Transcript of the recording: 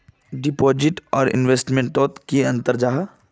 Deposit आर investment तोत की अंतर जाहा?